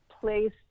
placed